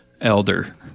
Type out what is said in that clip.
elder